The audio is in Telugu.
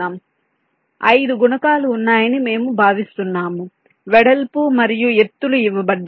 కాబట్టి 5 గుణకాలు ఉన్నాయని మేము భావిస్తున్నాము వెడల్పు మరియు ఎత్తులు ఇవ్వబడ్డాయి